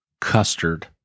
custard